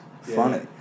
funny